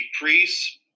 priests